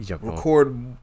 Record